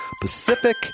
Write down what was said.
Pacific